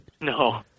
No